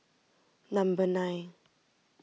number nine